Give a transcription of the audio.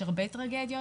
יש הרבה טרגיות,